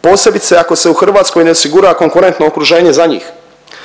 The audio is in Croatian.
posebice ako se u Hrvatskoj ne osigura konkurentno okruženje za njih.